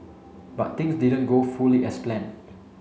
but things didn't go fully as planned